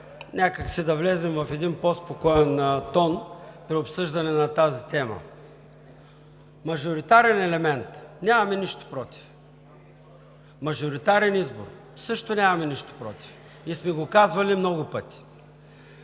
някак си да влезем в един по-спокоен тон при обсъждане на тази тема. Мажоритарен елемент – нямаме нищо против. Мажоритарен избор – също нямаме нищо против. И сме го казвали много пъти,